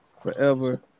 forever